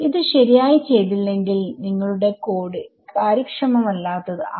ഇത് ശരിയായി ചെയ്തില്ലെങ്കിൽ നിങ്ങളുടെ കോഡ് കാര്യക്ഷമമല്ലാത്തത് ആവും